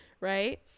right